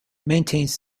maintains